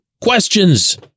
questions